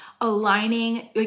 aligning